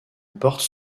porte